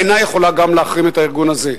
אינה יכולה להחרים את הארגון הזה.